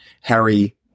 Harry